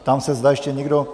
Ptám se, zda ještě někdo...?